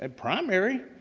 and primary.